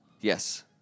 Yes